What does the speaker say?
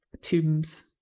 tombs